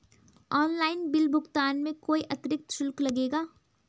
Online bill भुगतान में कोई अतिरिक्त शुल्क लगेगा?